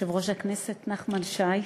יושב-ראש הישיבה נחמן שי,